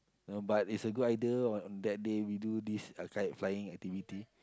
no but it's a good idea on that day we do this uh kite flying activity